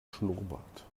schnurrbart